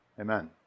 Amen